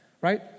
right